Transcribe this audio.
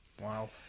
Wow